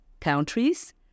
countries